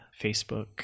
Facebook